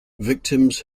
victims